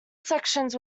sections